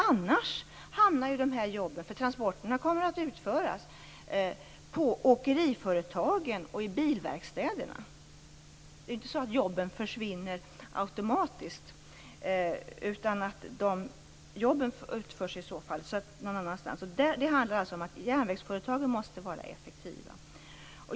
Annars hamnar jobben - för transporterna kommer att genomföras - på åkeriföretagen och bilverkstäderna, eftersom jobben inte försvinner automatiskt, utan arbetet utförs någon annanstans. Det handlar om att järnvägsföretagen måste vara effektiva.